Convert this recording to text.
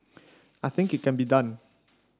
I think it can be done